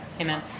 Amen